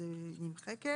אז היא נמחקת.